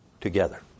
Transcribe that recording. together